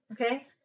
okay